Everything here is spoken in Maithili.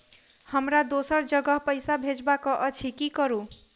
हमरा दोसर जगह पैसा भेजबाक अछि की करू?